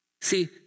See